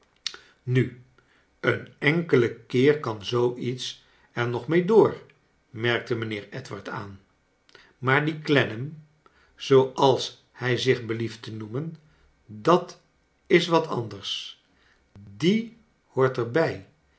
nu een enkelen keer kan zoo iets er nog mee door merkte mijnheer edward aan r maar die clennam zooals hij zich belieft te noemen dat is wat anders die hoort er